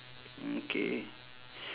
mm K